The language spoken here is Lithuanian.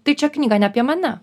tai čia knyga ne apie mane